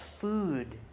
food